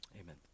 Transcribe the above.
Amen